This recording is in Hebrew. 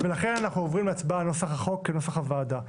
ולכן אנחנו עוברים להצבעה על נוסח החוק כנוסח הוועדה.